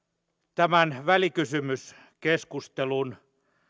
tämän välikysymyskeskustelun